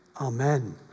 amen